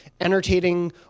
entertaining